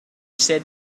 said